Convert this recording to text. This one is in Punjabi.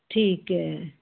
ਠੀਕ ਹੈ